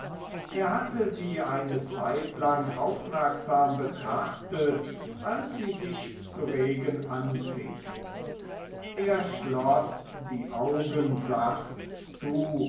er hatte sie eine zeitlang aufmerksam betrachtet als sie sich zu regen anfing er schloß die augen sachte zu